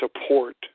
support